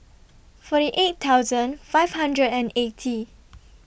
forty eight thousand five hundred and eighty